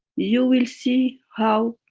you will see how,